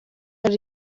ari